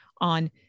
on